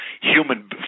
human